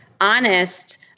honest